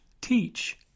teach